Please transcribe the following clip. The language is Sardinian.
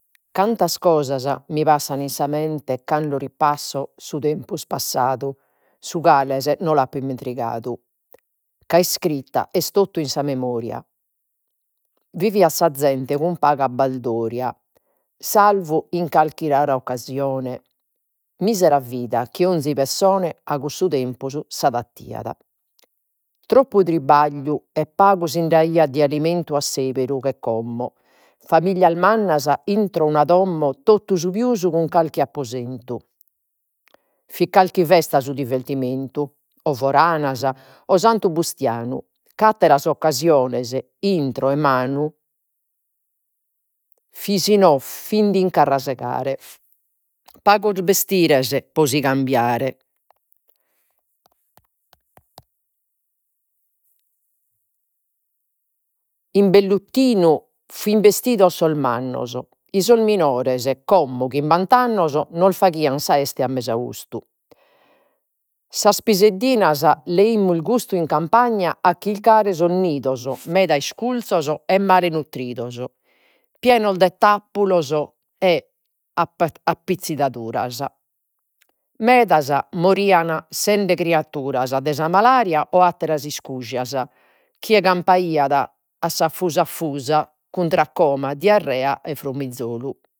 Cantas cosas mi passan in sa mente, cando ripasso su tempus passadu, su cales no l'apo ismentigadu, ca iscritta est totu in sa memoria. Viviat sa zente cun paga baldoria salvu in calchi rara occasione, misera vida chi 'onzi pessone a cussu vivere s'adattiat. Troppu tribagliu e pagu sind'aiat de alimentu a seberu, che como, familias mannas intro una domo, totu su pius cun carchi apposentu. Fit calchi festa su divertimentu o foranas o Santu Bustianu, ca atteras occasiones intro 'e manu fit in carrasegare. Pagos bestires pro si in vellutinu fin 'estidos sos mannos ei sos minores, como chimbant'annos nos faghian sa 'este a mesaustu. Sas piseddinas leaimus gustu in campagna, a chircare sos nidos meda isculzos e male nutridos, pienos de tappulos e appizzaduras. Medas morian essende criaduras dae sa malaria o atteras iscujas, chie campaiat a cun tracoma, diarrea e frommizolu.